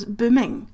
booming